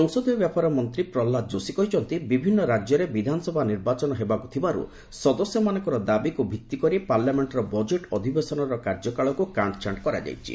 ସଂସଦୀୟ ବ୍ୟାପାର ମନ୍ତ୍ରୀ ପ୍ରହଲ୍ଲାଦ ଯୋଶୀ କହିଛନ୍ତି ବିଭିନ୍ନ ରାଜ୍ୟରେ ବିଧାନସଭା ନିର୍ବାଚନ ହେବାକୁ ଥିବାରୁ ସଦସ୍ୟମାନଙ୍କର ଦାବିକୁ ଭିତ୍ତି କରି ପାର୍ଲାମେଷ୍ଟର ବଜେଟ୍ ଅଧିବେଶନର କାର୍ଯ୍ୟକାଳକୁ କାଟ୍ଛାଣ୍ଟ କରାଯାଇଛି